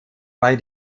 bei